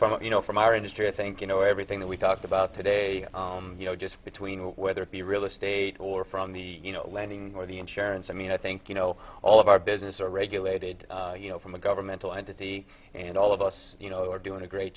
what you know from our industry i think you know everything that we talk about today you know just between whether it be real estate or from the lending or the insurance i mean i think you know all of our business are regulated you know from a governmental entity and all of us are doing a great